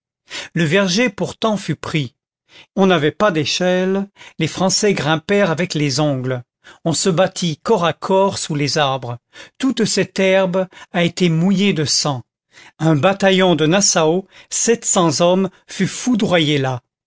le verger pourtant fut pris on n'avait pas d'échelles les français grimpèrent avec les ongles on se battit corps à corps sous les arbres toute cette herbe a été mouillée de sang un bataillon de nassau sept cents hommes fut foudroyé là